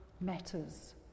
matters